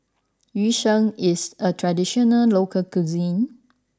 Yu Sheng is a traditional local cuisine